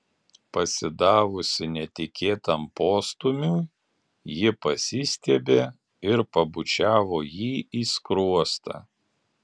pasidavusi netikėtam postūmiui ji pasistiebė ir pabučiavo jį į skruostą